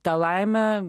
tą laimę